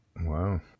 Wow